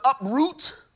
uproot